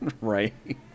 Right